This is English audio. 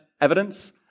evidence